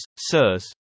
Sirs